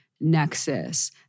nexus